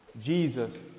Jesus